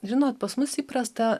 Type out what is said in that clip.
žinot pas mus įprasta